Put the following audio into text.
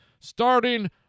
starting